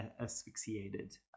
asphyxiated